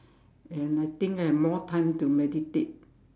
and I think I have more time to meditate